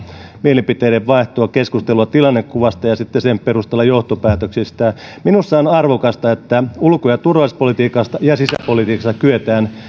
mielipiteiden vaihtoa keskustelua tilannekuvasta ja sitten sen perusteella johtopäätöksistä minusta on arvokasta että ulko ja turvallisuuspolitiikasta ja sisäpolitiikasta kyetään